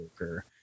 worker